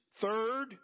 Third